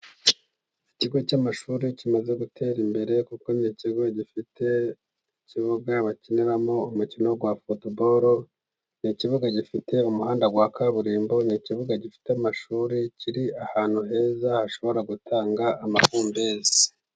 Ikigo cy'amashuri kimaze gutera imbere ,kuko ni ikigo gifite ikibuga bakiniramo umukino wa futubololo ni ikibuga gifite umuhanda wa kaburimbo ,ni ikibuga gifite amashuri ,kiri ahantu heza hashobora gutanga amahumbezi.